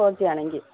okay ആണെങ്കിൽ